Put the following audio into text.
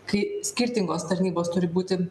kai skirtingos tarnybos turi būti